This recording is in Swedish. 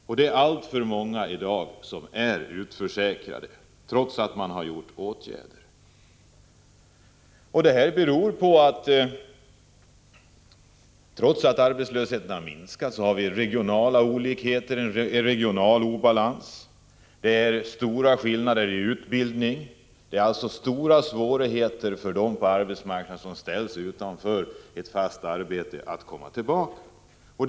Och det är alltför många i dag som är utförsäkrade trots att åtgärder har vidtagits. Trots att arbetslösheten har minskat har vi en regional obalans. Det finns stora skillnader i utbildning. Det är stora svårigheter för dem som ställs utanför ett fast arbete att komma tillbaka till arbetsmarknaden.